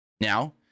Now